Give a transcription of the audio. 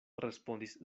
respondis